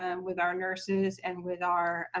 um with our nurses and with our